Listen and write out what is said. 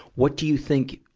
what do you think,